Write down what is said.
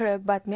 ठळक बातम्या